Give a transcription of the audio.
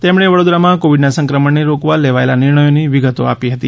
તેમણે વડોદરામાં કોવીડના સંક્રમણને રોકવા લેવાયેલા નિર્ણયોની વિગતો આપી હતી